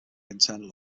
internal